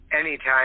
Anytime